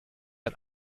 ein